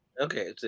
Okay